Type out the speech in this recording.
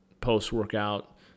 post-workout